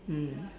mm